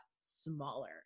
smaller